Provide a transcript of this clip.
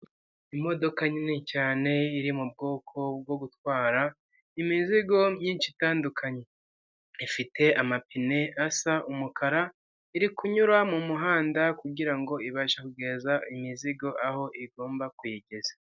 Imodoka nini cyane iri mu bwoko bwo gutwara imizigo myinshi itandukanye, ifite amapine asa umukara, iri kunyura mu muhanda kugira ngo ibashe kugeza imizigo aho igomba kuyigeza.